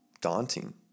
Daunting